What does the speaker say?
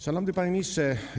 Szanowny Panie Ministrze!